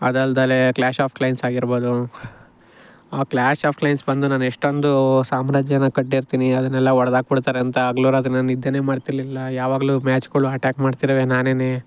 ಅದಲ್ದೆ clash of clans ಆಗಿರ್ಬೊದು ಆ clash of clans ಬಂದು ನನ್ನ ಎಷ್ಟೊಂದು ಸಾಮ್ರಾಜ್ಯನ ಕಟ್ಟಿರ್ತೀನಿ ಅದನ್ನೆಲ್ಲ ಒಡೆದಾಕ್ಬಿಡ್ತಾರೆ ಅಂತ ಹಗ್ಲು ರಾತ್ರಿ ನಾನು ನಿದ್ದೆ ಮಾಡ್ತಿರಲಿಲ್ಲ ಯಾವಾಗಲು ಮ್ಯಾಚ್ಗಳು ಅಟ್ಯಾಕ್ ಮಾಡ್ತಿರುವೆ ನಾನೆ